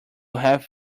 have